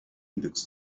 index